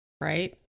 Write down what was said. right